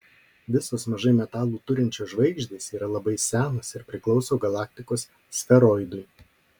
visos mažai metalų turinčios žvaigždės yra labai senos ir priklauso galaktikos sferoidui